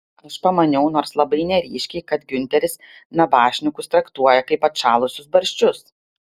aš pamaniau nors labai neryškiai kad giunteris nabašnikus traktuoja kaip atšalusius barščius